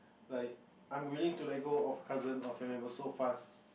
like I'm willing to let go of cousin or family member so fast